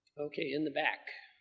okay, in the back.